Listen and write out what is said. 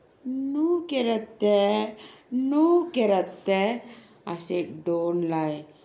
no kera அத்தை:athai no kera அத்தை:athai I said don't lie